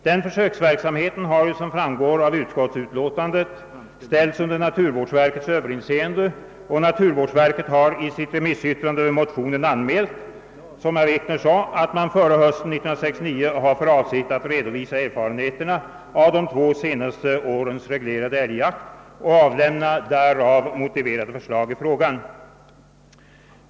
Denna försöksverksamhet har, som framgår av utskottsutlåtandet, ställts under naturvårdsverkets överinseende, och naturvårdsverket har i sitt remissyttrande över motionen anmält, som herr Wikner sade, att man före hösten 1969 har för avsikt att redovisa erfarenheterna av de två senaste årens reglerade älgjakt och avlämna därav motiverade förslag i frågan.